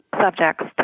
subjects